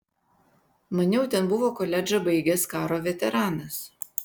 maniau ten buvo koledžą baigęs karo veteranas